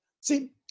see